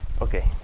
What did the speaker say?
Okay